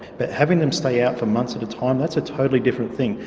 but having them stay out for months at a time, that's a totally different thing,